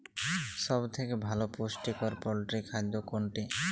সব থেকে ভালো পুষ্টিকর পোল্ট্রী খাদ্য কোনটি?